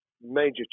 major